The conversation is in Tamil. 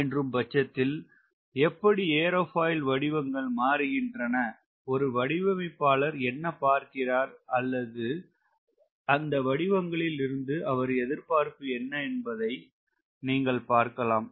எனவே எப்படி ஏரோபாயில் வடிவங்கள் மாறுகின்றன ஒரு வடிவமைப்பாளர் என்ன பார்க்கிறார் அல்லது அந்த வடிவங்களில் இருந்து அவர் எதிர்பார்ப்பு என்ன என்பதை நீங்கள் பார்க்கலாம்